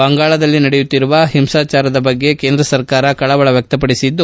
ಬಂಗಾಳದಲ್ಲಿ ನಡೆಯುತ್ತಿರುವ ಒಂಸಾಚಾರದ ಬಗ್ಗೆ ಕೇಂದ್ರ ಸರ್ಕಾರ ಕಳವಳ ವ್ಯಕ್ತಪಡಿಸಿದೆ